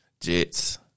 Jets